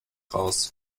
raus